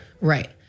Right